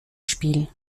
spiel